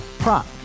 Prop